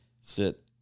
sit